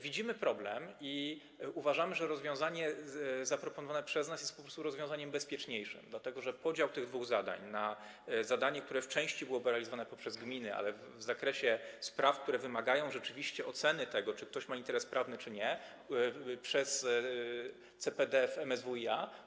Widzimy problem i uważamy, że rozwiązanie zaproponowane przez nas jest po prostu rozwiązaniem bezpieczniejszym, dlatego że mówimy o podziale tych dwóch zadań na zadanie, które w części byłoby realizowane poprzez gminy, ale w zakresie spraw, które wymagają rzeczywiście oceny tego, czy ktoś ma interes prawny czy nie, byłoby realizowane przez CPD w MSWiA.